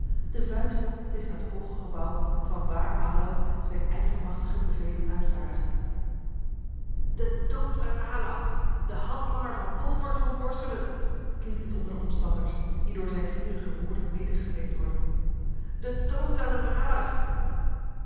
de vuist op tegen het hooge gebouw vanwaar aloud zijne eigenmachtige bevelen uitvaardigt den dood aan aloud den handlanger van wolfert van borselen klinkt het onder de omstanders die door zijn vurige woorden medegesleept worden den dood aan den verrader